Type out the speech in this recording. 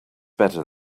better